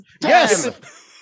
yes